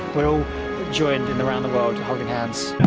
we're all joining around the world, holding hands.